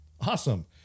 awesome